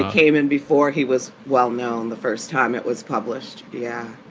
came in before he was well known the first time it was published. yeah.